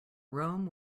rome